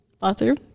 bathroom